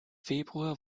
februar